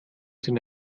sind